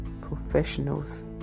Professionals